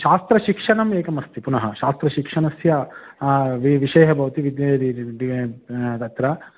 शास्त्रशिक्षणम् एकमस्ति पुनः शास्त्रशिक्षणस्य वि विषयः भवति तत्र